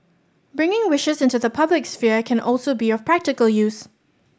bringing wishes into the public sphere can also be of practical use